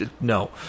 No